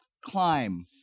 climb